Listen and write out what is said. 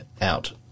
out